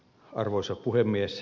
arvoisa puhemies